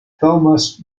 thomas